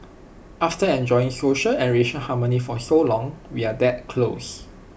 after enjoying social and racial harmony for so long we are that close